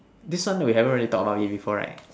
this one we haven't really talk about it before right